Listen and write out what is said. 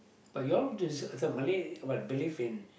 but you all this Malay what believe in